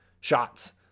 shots